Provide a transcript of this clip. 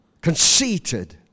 conceited